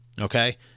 Okay